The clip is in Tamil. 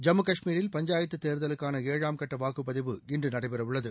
ஜம்மு கஷ்மீரில் பஞ்சாயத்து தேர்தலுக்கான ஏழாம் கட்ட வாக்குப் பதிவு இன்று நடைபெறவுள்ளது